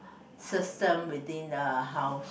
system within the house